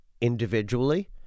individually